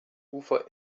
ufer